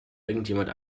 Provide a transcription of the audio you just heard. irgendjemand